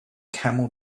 camel